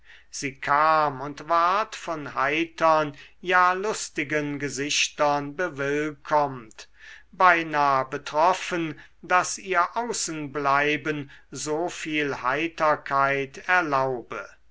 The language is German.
sie kam und ward von heitern ja lustigen gesichtern bewillkommt beinah betroffen daß ihr außenbleiben so viel heiterkeit erlaube